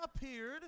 appeared